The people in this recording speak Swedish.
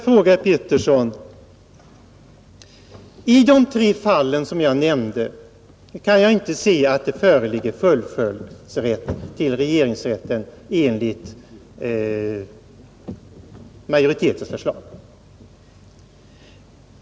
I de tre fall som jag nämnde kan jag inte se att det föreligger fullföljdsrätt till regeringsrätten enligt majoritetens förslag.